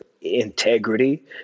integrity